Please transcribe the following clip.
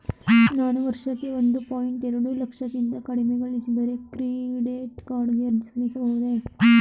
ನಾನು ವರ್ಷಕ್ಕೆ ಒಂದು ಪಾಯಿಂಟ್ ಎರಡು ಲಕ್ಷಕ್ಕಿಂತ ಕಡಿಮೆ ಗಳಿಸಿದರೆ ಕ್ರೆಡಿಟ್ ಕಾರ್ಡ್ ಗೆ ಅರ್ಜಿ ಸಲ್ಲಿಸಬಹುದೇ?